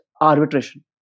arbitration